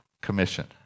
Commission